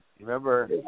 Remember